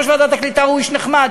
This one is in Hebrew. יושב-ראש ועדת הקליטה הוא איש נחמד,